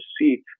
see